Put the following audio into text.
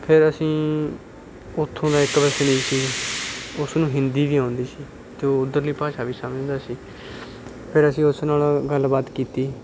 ਫਿਰ ਅਸੀਂ ਉੱਥੋਂ ਦਾ ਇੱਕ ਵਸਨੀਕ ਸੀ ਉਸਨੂੰ ਹਿੰਦੀ ਵੀ ਆਉਂਦੀ ਸੀ ਅਤੇ ਉਹ ਉੱਧਰਲੀ ਭਾਸ਼ਾ ਵੀ ਸਮਝਦਾ ਸੀ ਫਿਰ ਅਸੀਂ ਉਸ ਨਾਲ ਗੱਲ ਬਾਤ ਕੀਤੀ